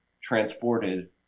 transported